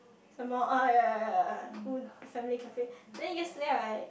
some more uh yeah yeah yeah yeah would family cafe then yesterday I